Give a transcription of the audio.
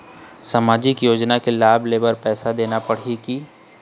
सामाजिक योजना के लाभ लेहे बर पैसा देना पड़ही की?